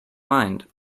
mind